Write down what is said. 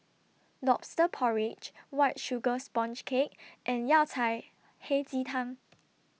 Lobster Porridge White Sugar Sponge Cake and Yao Cai Hei Ji Tang